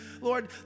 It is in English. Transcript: Lord